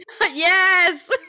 Yes